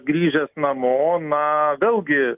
grįžęs namo na vėlgi